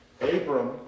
Abram